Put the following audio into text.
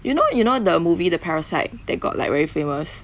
you know you know the movie the parasite that got like very famous